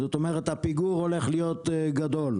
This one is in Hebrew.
זאת אומרת הפיגור הולך להיות גדול.